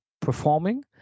performing